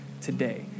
today